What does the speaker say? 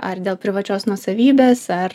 ar dėl privačios nuosavybės ar